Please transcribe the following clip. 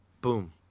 boom